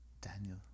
Daniel